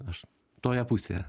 aš toje pusėje